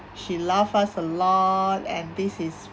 she love us a lot and this is